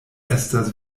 estas